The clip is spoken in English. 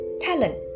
talent